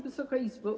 Wysoka Izbo!